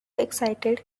excited